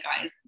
guys